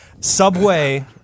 Subway